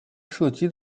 射击